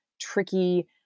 tricky